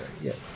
yes